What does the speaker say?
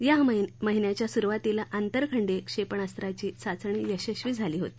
या महिन्याच्या सुरुवातीला आंतर खंडीय क्षेपणास्त्राची चाचणी यशस्वी झाली होती